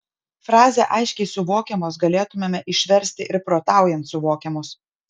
frazę aiškiai suvokiamos galėtumėme išversti ir protaujant suvokiamos